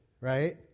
right